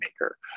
maker